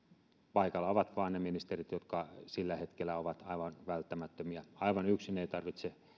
paikalla ovat vain ne ministerit jotka sillä hetkellä ovat aivan välttämättömiä aivan yksin ei tarvitse